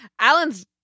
Alan's